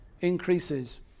increases